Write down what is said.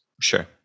Sure